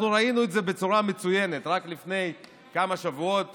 אנחנו ראינו את זה בצורה מצוינת: רק לפני כמה שבועות